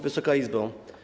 Wysoka Izbo!